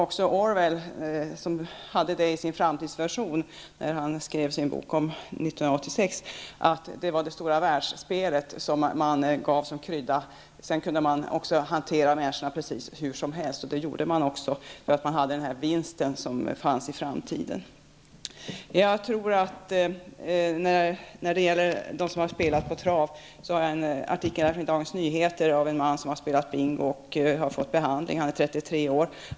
Också Orwell hade med i sin framtidsvision, när han skrev boken 1984, det stora världsspelet som gav krydda. Sedan kunde människor hanteras på vilket sätt som helst. Så var det också, i och med den vinst som fanns i framtiden. När det gäller dem som spelat på trav har jag en artikel från Dagens Nyheter här. Det gäller en man som har spelat på bingo och som har fått behandling för sitt spelberoende. Den här mannen är 33 år gammal.